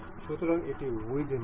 সুতরাং এটি উইদ্থ মেট